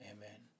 Amen